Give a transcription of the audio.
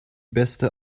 beste